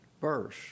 verse